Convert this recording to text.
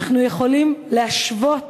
אנחנו יכולים להשוות,